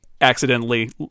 accidentally